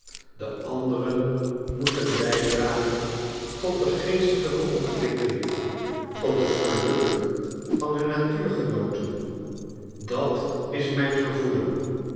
de anderen moeten bijdragen tot de geestelijke ontwikkeling tot het geluk van hun natuurgenooten dat is mijn gevoelen